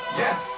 yes